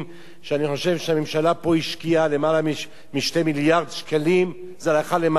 שאני חושב שהממשלה פה השקיעה למעלה מ-2 מיליארד שקלים הלכה למעשה.